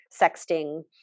sexting